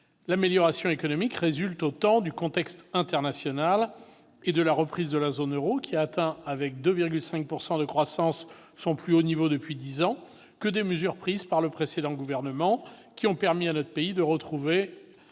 L'amélioration économique résulte autant du contexte international et de la reprise dans la zone euro- le taux de croissance, s'établissant à 2,5 %, a atteint son plus haut niveau depuis dix ans -que des mesures prises par le précédent gouvernement, qui ont permis à notre pays de retrouver